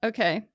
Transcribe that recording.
Okay